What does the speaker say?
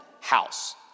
House